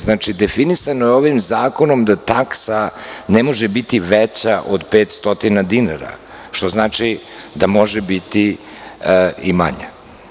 Znači, definisano je ovim zakonom da taksa ne može biti veća od 500 dinara, što znači da može biti i manja.